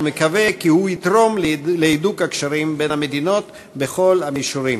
ומקווה כי הוא יתרום להידוק הקשרים בין המדינות בכל המישורים.